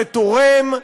זה תורם,